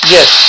Yes